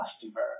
customer